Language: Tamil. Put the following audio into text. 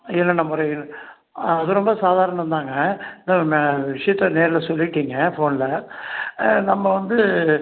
என்னென்ன முறையில் அது ரொம்ப சாதாரணம் தாங்க விஷயத்த நேரில் சொல்லிட்டிங்க ஃபோனில் நம்ம வந்து